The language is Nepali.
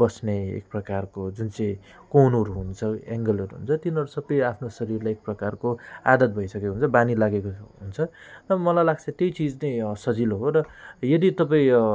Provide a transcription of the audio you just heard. बस्ने एक प्रकारको जुन चाहिँ कोनहरू हुन्छ एङ्गलहरू हुन्छ तिनीहरू सबै आफ्नो शरीरलाई एक प्रकारको आदत भइसकेको हुन्छ बानी लागेको र मलाई लाग्छ त्यही चिज नै सजिलो हो र यदि तपाईँ यो